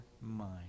mind